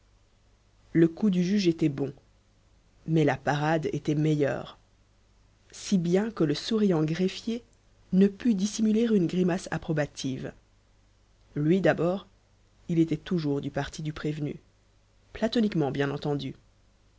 le coup du juge était bon mais la parade était meilleure si bien que le souriant greffier ne put dissimuler une grimace approbative lui d'abord il était toujours du parti du prévenu platoniquement bien entendu